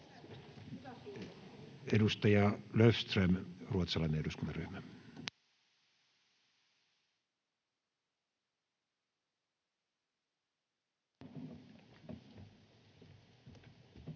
Edustaja Löfström, ruotsalainen eduskuntaryhmä. [Speech